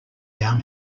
down